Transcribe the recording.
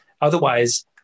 Otherwise